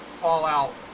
fallout